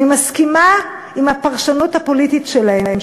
אני מסכימה עם הפרשנות הפוליטית שלהם,